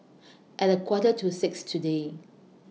At A Quarter to six today